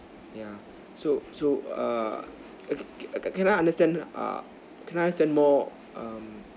yeah so so err can can I understand err can I understand more um